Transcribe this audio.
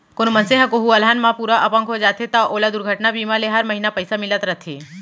कोनों मनसे ह कोहूँ अलहन म पूरा अपंग हो जाथे त ओला दुरघटना बीमा ले हर महिना पइसा मिलत रथे